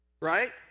right